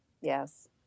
Yes